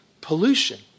Pollution